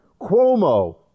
Cuomo